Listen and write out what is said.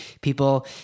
people